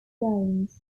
games